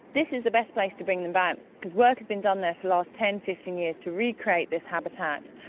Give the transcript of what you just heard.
this is the best place to bring them back because work has been done there for the last ten, fifteen years to recreate this habitat,